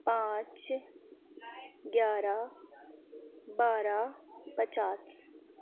پانچ گیارہ بارہ پچاس